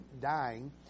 dying